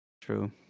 True